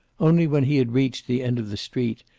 only when he had reached the end of the street,